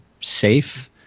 safe